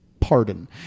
Pardon